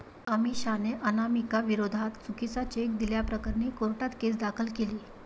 अमिषाने अनामिकाविरोधात चुकीचा चेक दिल्याप्रकरणी कोर्टात केस दाखल केली